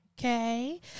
Okay